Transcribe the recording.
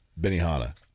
Benihana